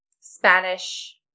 Spanish